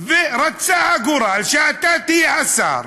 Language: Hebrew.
ורצה הגורל שאתה תהיה השר,